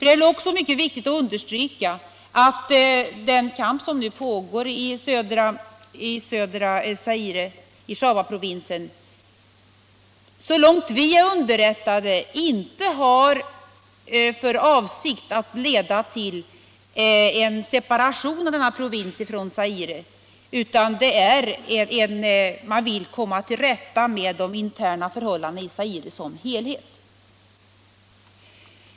Det är också mycket viktigt att understryka att den kamp som nu pågår i södra Zaire, i Shabaprovinsen, så långt vi är underrättade inte syftar till en separation av denna provins ifrån det övriga Zaire, utan att man vill komma till rätta med de interna förhållandena i Zaire som en helhet.